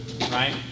Right